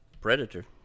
Predator